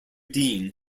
dean